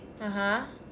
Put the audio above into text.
(uh huh)